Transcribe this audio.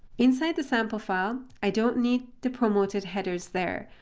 inside the sample file, i don't need the promoted headers there.